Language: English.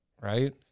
Right